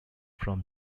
from